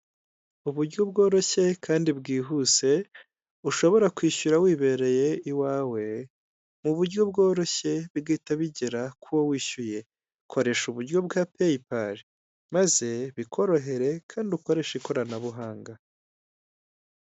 Uburyo bworoshye kandi bwihuse ushobora kwishyura wibereye iwawe, mu buryo bworoshye bigahita bigera k'uwo wishyuye, koresha uburyo bwa pay pal maze bikorohere kandi ukoreshe ikoranabuhanga.